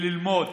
וללמוד